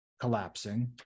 collapsing